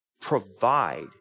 provide